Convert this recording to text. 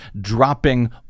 dropping